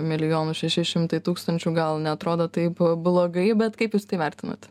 milijonų šeši šimtai tūkstančių gal neatrodo taip blogai bet kaip jūs tai vertinat